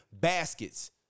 baskets